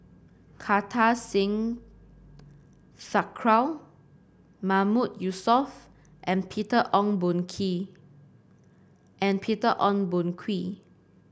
Kartar Singh Thakral Mahmood Yusof and Peter Ong Boon Kwee